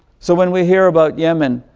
so, when we hear about yemen,